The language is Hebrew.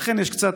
ולכן יש קצת,